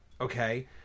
okay